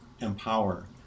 empower